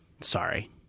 sorry